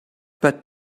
but